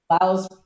allows